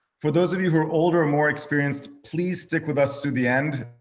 for those of you who are older, more experienced, please stick with us to the end.